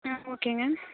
ஆ ஓகேங்க